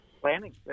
planning